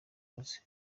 house